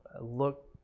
look